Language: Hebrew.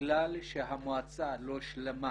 שבגלל שהמועצה לא שלמה